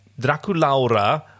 Draculaura